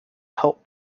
helped